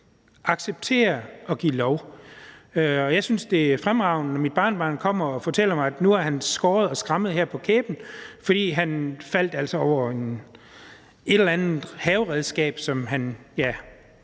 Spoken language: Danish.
acceptere og give lov. Jeg synes, det er fremragende, at mit barnebarn kommer og fortæller mig, at nu har han skåret sig eller fået en skramme på kæben, fordi han altså faldt over et eller andet haveredskab, som han